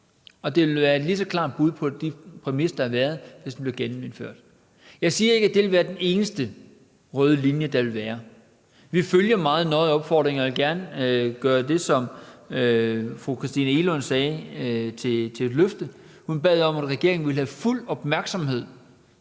Det vil være et lige så klart brud på de præmisser, der har været, hvis den blev genindført. Jeg siger ikke, at det vil være den eneste røde linje, der vil være. Vi følger meget nøje opfordringerne, og jeg vil gerne gøre det, som fru Christina Egelund nævnte, til et løfte. Hun bad om, at regeringen havde fuld opmærksomhed